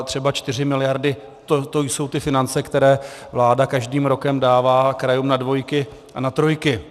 Ale třeba 4 miliardy, to jsou ty finance, které vláda každým rokem dává krajům na dvojky a trojky.